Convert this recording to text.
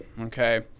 okay